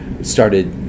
Started